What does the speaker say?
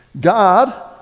God